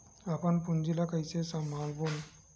अपन पूंजी ला कइसे संभालबोन?